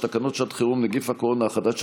תקנות שעת חירום (נגיף הקורונה החדש,